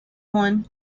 one